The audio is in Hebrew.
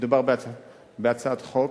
מדובר בהצעת חוק